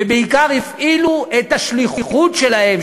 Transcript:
ובעיקר הפעילו את השליחות שלהם,